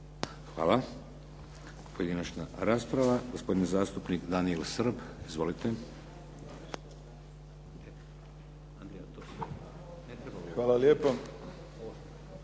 Hvala. Pojedinačna rasprava. Gospodin zastupnik Daniel Srb. Izvolite. **Srb,